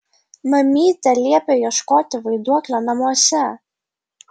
mamytė liepė ieškoti vaiduoklio namuose